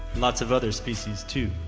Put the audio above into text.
lots of other species too.